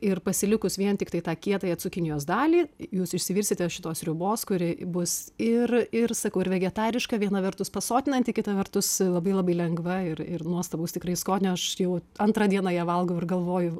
ir pasilikus vien tiktai tą kietąją cukinijos dalį jūs išsivirsite šitos sriubos kuri bus ir ir sakau ir vegetariška viena vertus pasotinanti kita vertus labai labai lengva ir ir nuostabaus tikrai skonio aš jau antrą dieną ją valgau ir galvoju